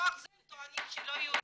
סמך זה הם טוענים שהיא לא יהודייה.